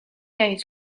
day